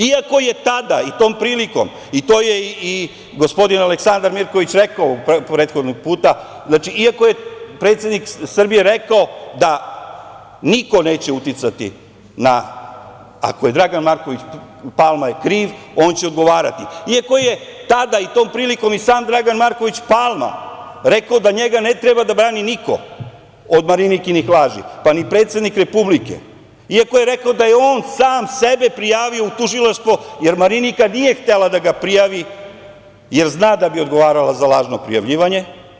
Iako je tada i tom prilikom, to je i gospodin Aleksandar Mirković rekao prethodnog puta, iako je predsednik Srbije rekao da niko neće uticati, ako je Dragan Marković Palma kriv, on će odgovarati, iako je tada i tom prilikom i sam Dragan Marković Palma rekao da njega ne treba da brani niko od Marinikinih laži, pa ni predsednik Republike, iako je rekao da je on sam sebe prijavio u tužilaštvo, jer Marinika nije htela da ga prijavi, jer zna da bi odgovarala za lažno prijavljivanje.